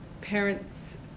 parents